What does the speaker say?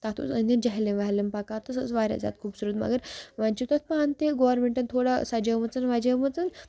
تَتھ اوس أنٛدۍ أنٛدۍ جہلم وہلم پَکان تہٕ سۄ ٲسۍ واریاہ زیادٕ خوٗبصوٗرت مگر وۄنۍ چھُ تَتھ پانہٕ تہِ گورمیںٛٹَن تھوڑا سَجھٲومٕژ وَجھٲومٕژ